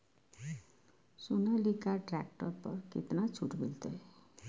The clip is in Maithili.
सोनालिका ट्रैक्टर पर केतना छूट मिलते?